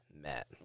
Matt